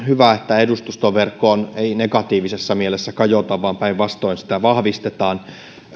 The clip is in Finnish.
hyvä että edustustoverkkoon ei negatiivisessa mielessä kajota vaan päinvastoin sitä vahvistetaan